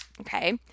Okay